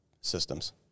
systems